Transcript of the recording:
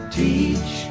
teach